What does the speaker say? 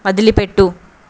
వదిలిపెట్టు